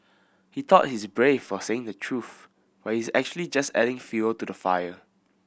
he thought he's brave for saying the truth but he's actually just adding fuel to the fire